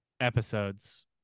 episodes